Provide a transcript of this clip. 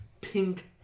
pink